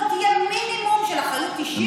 לא תהיה מינימום של אחריות אישית,